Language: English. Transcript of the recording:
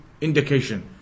indication